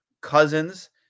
Cousins